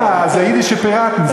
אה, זה "יידישע פיראטן".